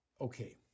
Okay